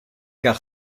car